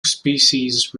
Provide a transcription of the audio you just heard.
species